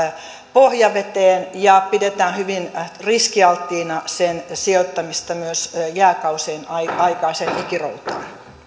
pohjaveteen ja pidetään hyvin riskialttiina sen sijoittamista myös jääkausien aikaiseen ikiroutaan